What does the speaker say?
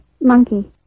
Monkey